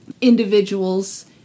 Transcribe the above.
individuals